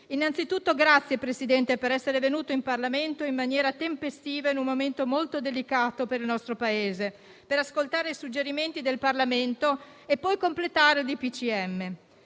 ringrazio il presidente Conte per essere venuto in Parlamento in maniera tempestiva in un momento molto delicato per il nostro Paese per ascoltare i suggerimenti del Parlamento e poi completare il DPCM.